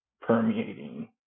permeating